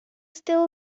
still